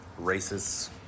racists